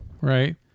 right